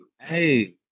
hey